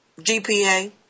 GPA